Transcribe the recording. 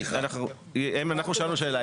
אנחנו שאלנו שאלה.